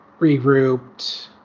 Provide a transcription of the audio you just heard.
regrouped